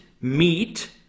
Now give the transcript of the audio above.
meat